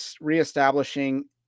reestablishing